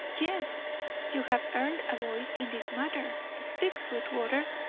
yes you have earned a voice in this matter speak, sweetwater.